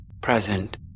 present